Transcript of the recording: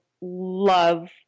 love